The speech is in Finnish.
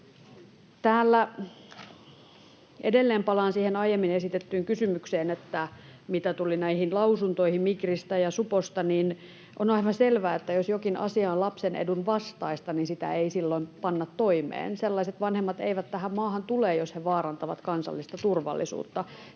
Edelleen palaan siihen aiemmin esitettyyn kysymykseen, mitä tuli näihin lausuntoihin Migristä ja suposta: On aivan selvää, että jos jokin asia on lapsen edun vastaista, niin sitä ei silloin panna toimeen. Sellaiset vanhemmat eivät tähän maahan tule, jos he vaarantavat kansallista turvallisuutta.